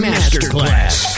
Masterclass